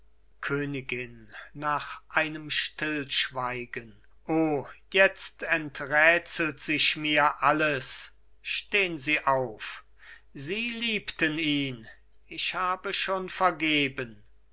königin nach einem stillschweigen o jetzt enträtselt sich mir alles stehn sie auf sie liebten ihn ich habe schon vergeben